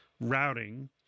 routing